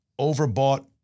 overbought